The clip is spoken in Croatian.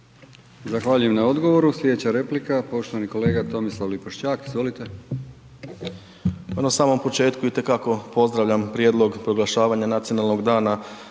Zahvaljujem na odgovoru. Sljedeća replika, poštovani kolega Tomislav Lipošćak, izvolite. **Lipošćak, Tomislav (HDZ)** Pa na samom početku itekako pozdravljam prijedlog proglašavanja Nacionalnog dana